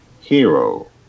hero